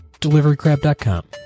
DeliveryCrab.com